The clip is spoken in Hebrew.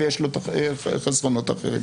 ויש לו חסרונות אחרים.